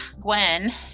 Gwen